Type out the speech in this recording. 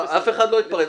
אף אחד לא התפרץ,